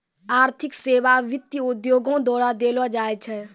आर्थिक सेबा वित्त उद्योगो द्वारा देलो जाय छै